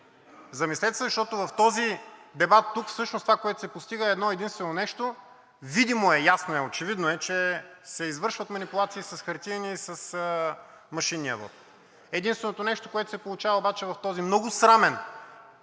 Замислете се, защото в този дебат тук всъщност това, което се постига, е едно-единствено нещо – видимо е, ясно е, очевидно е, че се извършват манипулации с хартиения и с машинния вот. Единственото нещо, което се получава обаче в този много срамен